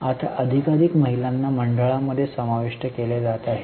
आता अधिकाधिक महिलांना मंडळामध्ये समाविष्ट केले जात आहे